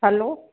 hello